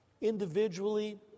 individually